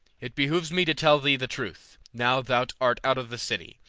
it behooves me to tell thee the truth, now thou art out of the city,